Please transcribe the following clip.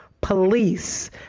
police